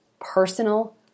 personal